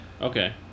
Okay